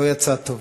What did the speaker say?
לא יצא טוב.